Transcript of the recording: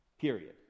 Period